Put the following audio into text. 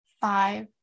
Five